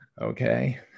Okay